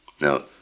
Now